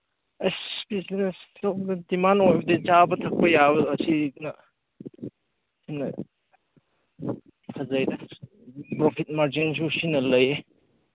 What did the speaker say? ꯑꯁ ꯕꯤꯖꯤꯅꯦꯁꯇꯨ ꯗꯤꯃꯥꯟ ꯑꯣꯏꯕꯗꯨ ꯆꯥꯕ ꯊꯛꯄ ꯌꯥꯕ ꯑꯁꯤꯅ ꯁꯤꯅ ꯐꯖꯩꯗ ꯄ꯭ꯔꯣꯐꯤꯠ ꯃꯥꯔꯖꯤꯟꯁꯨ ꯁꯤꯅ ꯂꯩꯌꯦ